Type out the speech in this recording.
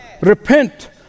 Repent